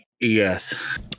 yes